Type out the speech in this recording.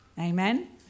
Amen